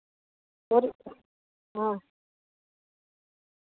तोरी हां